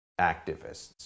activists